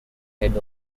head